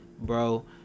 bro